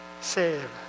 save